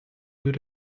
good